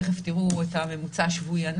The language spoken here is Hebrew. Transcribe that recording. תכף תראו את הממוצע השבועי.